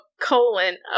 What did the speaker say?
colon